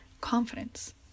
confidence